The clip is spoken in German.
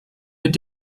mit